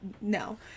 No